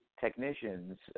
technicians